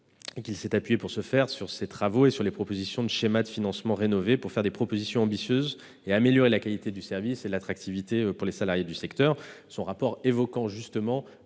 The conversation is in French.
évoqué, s'est appuyé sur ces travaux et sur les propositions de schéma de financement rénové pour faire des propositions ambitieuses et améliorer la qualité du service et l'attractivité pour les salariés du secteur. Ce rapport évoque justement